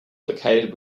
located